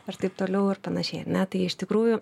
ir taip toliau ir panašiai ar ne tai iš tikrųjų